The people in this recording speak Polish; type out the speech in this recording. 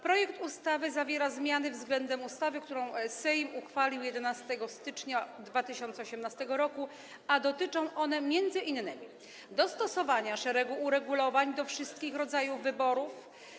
Projekt ustawy zawiera zmiany względem ustawy, którą Sejm uchwalił 11 stycznia 2018 r., a dotyczą one m.in. dostosowania szeregu uregulowań do wszystkich rodzajów wyborów.